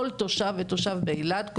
כל תושב באילת,